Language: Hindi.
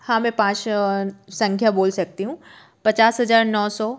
हाँ मैं पाँच संख्या बोल सकती हूँ पचास हजार नौ सौ